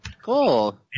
Cool